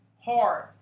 Hard